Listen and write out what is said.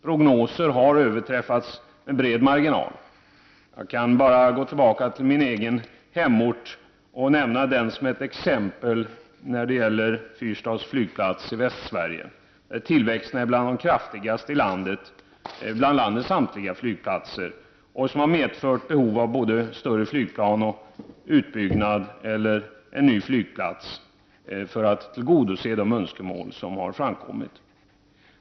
Prognoser har överträffats med bred marginal. Jag kan nämna min egen hemort som ett exempel — Fyrstads flygplats i Västsverige är en av de flygplatser som har den kraftigaste tillväxten i Sverige, vilket har medfört behov av både större flygplan och utbyggnad av flygplatsen eller t.o.m. en ny flygplats, för att tillgodose de önskemål som har framkommit.